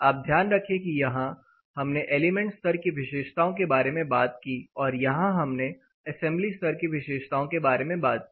आप ध्यान रखें कि यहां हमने एलिमेंट स्तर की विशेषताओं के बारे में बात की और यहां हमने असेंबली स्तर की विशेषताओं के बारे में बात की